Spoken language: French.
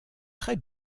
très